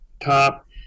top